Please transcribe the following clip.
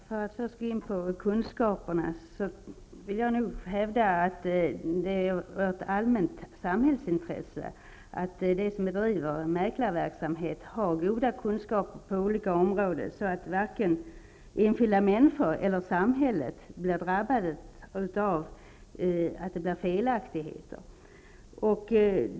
Herr talman! För att gå in på kunskaperna vill jag nog hävda att det är ett allmänt samhällsintresse att de som bedriver en mäklarverksamhet har goda kunskaper på olika områden, så att varken enskilda människor eller samhället blir drabbade av felaktigheter.